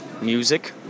music